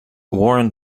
warren